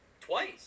twice